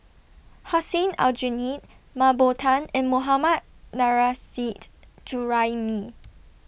Hussein Aljunied Mah Bow Tan and Mohammad Nurrasyid Juraimi